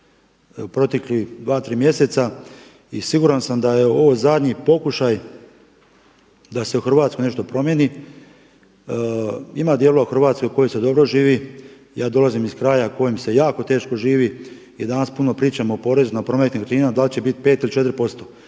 proteklih dva, tri mjeseca, i siguran sam da je ovo zadnji pokušaj da se u Hrvatskoj nešto promijeni. Ima dijelova u Hrvatskoj u kojima se dobro živi. Ja dolazim iz kraja u kojem se jako teško živi i danas puno pričamo o porezu na promet nekretninama, da li će biti 5 ili 4